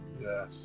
Yes